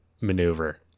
maneuver